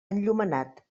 enllumenat